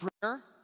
prayer